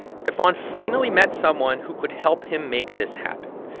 stephon finally met someone who could help him make this happen,